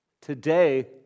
Today